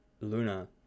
Luna